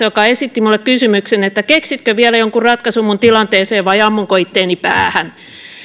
joka esitti minulle kysymyksen että keksitkö vielä jonkun ratkaisun minun tilanteeseeni vai ammunko itseäni päähän